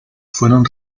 fueron